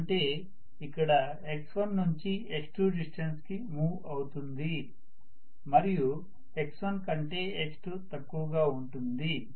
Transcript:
అంటే ఇక్కడ x1 నుంచి x2 డిస్టన్స్ కి మూవ్ అవుతుంది మరియు x1 కంటే x2 తక్కువ గా ఉంటుంది